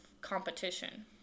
competition